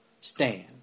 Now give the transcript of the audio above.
stand